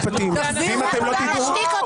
המשפטים -- לא נשתיק אותך ואל תשתיק אותנו.